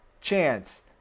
chance